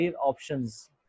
options